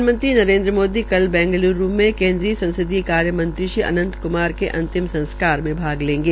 प्रधानमंत्री नरेन्द्र मोदी कल बैगल्र में केन्द्रीय संसदीय कार्यमंत्री श्री अनंत क्मार के अंतिम संस्कार में भाग लेंगे